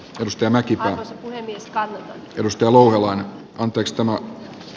jos tämä kivaa kun edistetään rusto louhelainen on toista maata